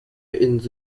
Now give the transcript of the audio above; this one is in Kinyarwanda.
inzu